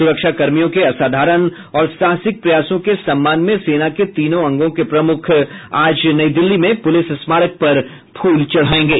सुरक्षा कर्मियों के असाधारण और साहसकि प्रयासों के सम्मान में सेना के तीनों अंगों के प्रमुख आज नई दिल्ली में पुलिस स्मारक पर फूल चढायेंगे